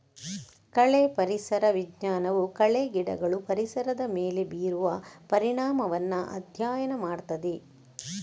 ಕಳೆ ಪರಿಸರ ವಿಜ್ಞಾನವು ಕಳೆ ಗಿಡಗಳು ಪರಿಸರದ ಮೇಲೆ ಬೀರುವ ಪರಿಣಾಮವನ್ನ ಅಧ್ಯಯನ ಮಾಡ್ತದೆ